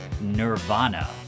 Nirvana